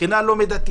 בחינה לא מידתית,